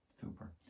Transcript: Super